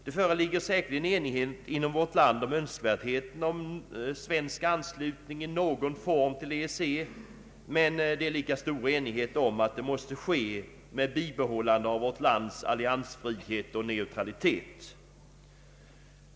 Det föreligger säkerligen enighet inom vårt land om önskvärdheten av svensk anslutning i någon form till EEC, men det är lika stor enighet om att det måste ske med bibehållande av vårt lands alliansfrihet och neutralitet.